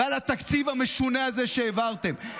ועל התקציב המשונה הזה שהעברתם.